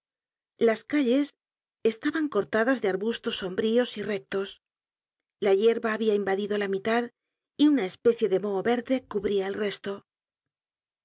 las calles estaban cortadas de arbustos sombrío y rectos la yerba habia invadido la mitad y una especie de moho verde cubría el resto